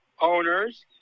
owners